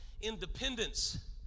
independence